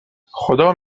خدا